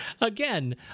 again